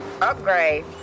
Upgrade